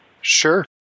sure